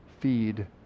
feed